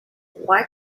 why